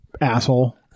asshole